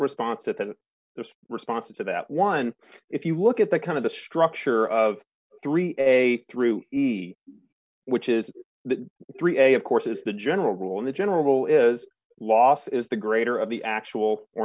response at the responses to that one if you look at the kind of the structure of three a through which is the three a of course is the general rule in the general is loss is the greater of the actual or